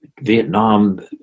Vietnam